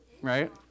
right